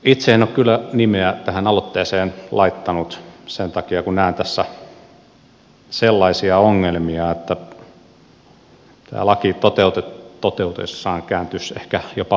itse en ole kyllä nimeä tähän aloitteeseen laittanut sen takia että näen tässä sellaisia ongelmia että tämä laki toteutuessaan kääntyisi ehkä jopa uhreja vastaan